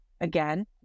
again